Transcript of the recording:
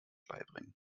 beibringen